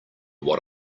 what